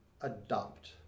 adopt